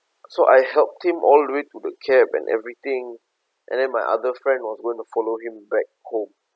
so I helped him all the way to the cab and everything and then my other friend was going to follow him back home